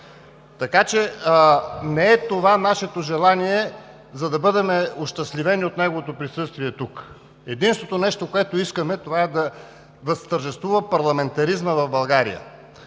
Така че не е това нашето желание, за да бъдем ощастливени от неговото присъствие тук. Единственото нещо, което искаме, е да възтържествува парламентаризмът в България.